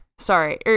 Sorry